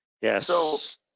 Yes